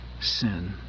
sin